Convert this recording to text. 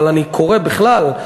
אבל אני קורא בכלל,